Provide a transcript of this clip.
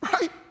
right